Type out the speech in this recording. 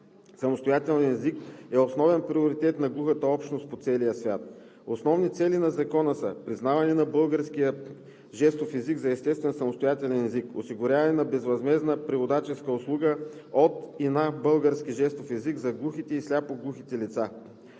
самостоятелен език е основен приоритет на глухата общност по целия свят. Основни цели на Закона са: признаване на българския жестов език за естествен самостоятелен език; осигуряване на безвъзмездна преводаческа услуга от и на български жестов език за глухите и сляпо-глухите лица;